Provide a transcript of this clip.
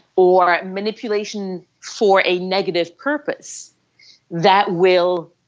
or manipulation for a negative purpose that will